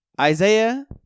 Isaiah